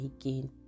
again